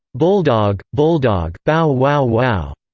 bulldog, bulldog, bow wow wow.